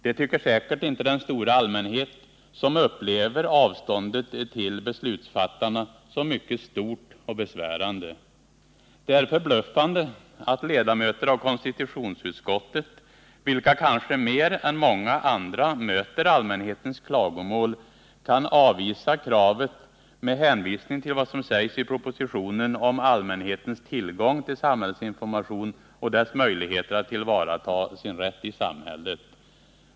Det tycker säkert inte den stora allmänhet som upplever avståndet till beslutsfattarna som mycket stort och besvärande. Det är förbluffande att ledamöter av konstitutionsutskottet, vilka kanske mer än många andra möter allmänhetens klagomål, kan avvisa detta krav med hänvisning till vad som sägs i propositionen om allmänhetens tillgång till samhällsinformation och dess möjligheter att tillvarata sin rätt i samhället.